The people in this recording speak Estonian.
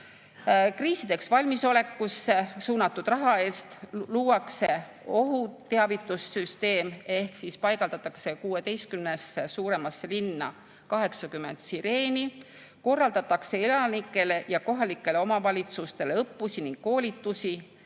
Kriisideks valmisolekusse suunatud raha eest luuakse ohuteavitussüsteem ehk siis paigaldatakse 16 suuremasse linna 80 sireeni, korraldatakse elanikele ja kohalikele omavalitsustele õppusi ja koolitusi,